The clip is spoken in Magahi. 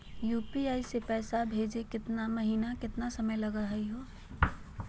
यू.पी.आई स पैसवा भेजै महिना केतना समय लगही हो?